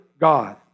God